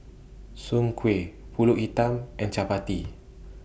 Soon Kuih Pulut Hitam and Chappati